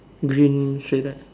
green shirt right